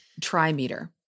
trimeter